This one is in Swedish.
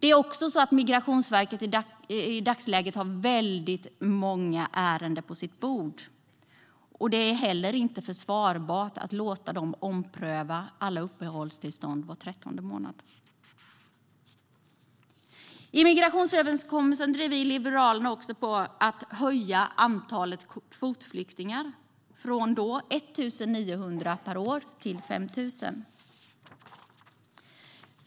I dagsläget har Migrationsverket väldigt många ärenden på sitt bord, och det är inte heller försvarbart att låta Migrationsverket ompröva alla uppehållstillstånd var 13:e månad. I migrationsöverenskommelsen drev vi Liberaler på för att höja antalet kvotflyktingar från 1 900 per år till 5 000 per år.